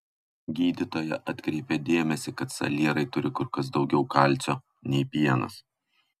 gydytoja atkreipė dėmesį kad salierai turi kur kas daugiau kalcio nei pienas